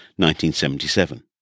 1977